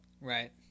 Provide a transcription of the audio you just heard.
right